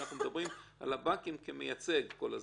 אנחנו מדברים על הבנקים כמייצג כל הזמן,